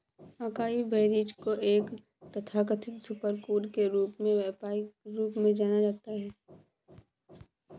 acai berries को एक तथाकथित सुपरफूड के रूप में व्यापक रूप से जाना जाता है